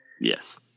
yes